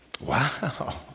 Wow